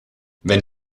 wenn